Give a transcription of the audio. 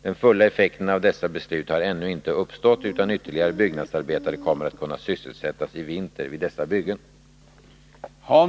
Den fulla effekten av dessa beslut har ännu inte uppstått, utan ytterligare byggnadsarbetare kommer att kunna sysselsättas i vinter vid dessa byggen.